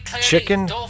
Chicken